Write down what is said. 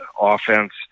offense